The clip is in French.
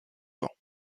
vent